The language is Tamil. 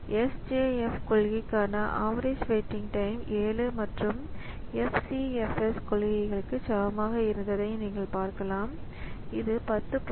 SJF கொள்கைக்கான ஆவரேஜ் வெயிட்டிங் டைம் 7 மற்றும் FCFS கொள்கைக்கு சமமாக இருந்ததை நீங்கள் பார்க்கலாம் இது 10